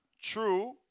True